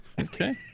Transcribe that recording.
Okay